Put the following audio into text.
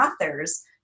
authors